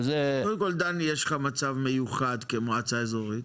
קודם כל דני, יש לך מצב מיוחד כמועצה אזורית.